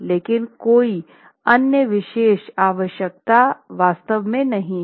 लेकिन कोई अन्य विशेष आवश्यकता वास्तव में नहीं है